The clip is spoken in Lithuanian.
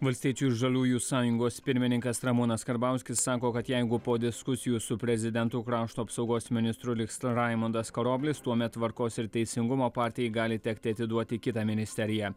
valstiečių ir žaliųjų sąjungos pirmininkas ramūnas karbauskis sako kad jeigu po diskusijų su prezidentu krašto apsaugos ministru liks raimundas karoblis tuomet tvarkos ir teisingumo partijai gali tekti atiduoti kitą ministeriją